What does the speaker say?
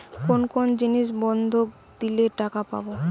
কোন কোন জিনিস বন্ধক দিলে টাকা পাব?